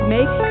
Make